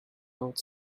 out